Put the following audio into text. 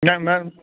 ਮੈਂ ਮੈਂ